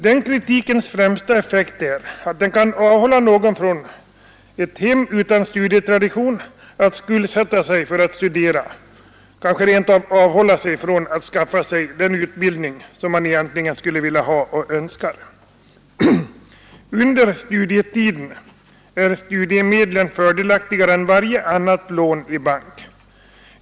Den kritikens främsta effekt är att den kan avhålla någon från hem utan studietradition från att skuldsätta sig för att studera, ja kanske rent av avhålla sig från att skaffa sig den utbildning som han egentligen skulle vilja ha. Under studietiden är studiemedlen fördelaktigare än varje annat lån i bank.